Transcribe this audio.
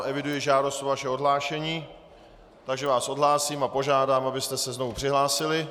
Eviduji žádost o vaše odhlášení, takže vás odhlásím a požádám vás, abyste se znovu přihlásili.